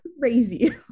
crazy